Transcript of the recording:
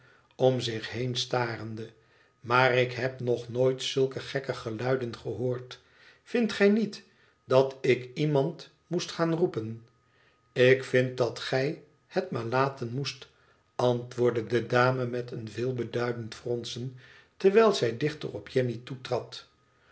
om zich heen starende maar ik heb nog nooit zulke gekke geluiden gehoord vindt gij niet dat ik iemand moest gaan roepen ik vind dat gij het maar laten moest antwoordde de dame met een veelbeduidend fronsen terwijl zij dichter op jenny toetrad